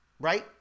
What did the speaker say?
right